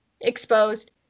exposed